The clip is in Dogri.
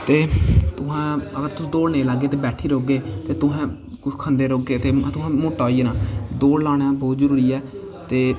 ते तुस अगर तुस दौड़ नेईं लाग्गे ते बैठी रौह्गे ते तुस कुछ खंदे रौह्गे ते तुसें मोट्टा होई जाना दौड़ लाना बोह्त जरूरी ऐ ते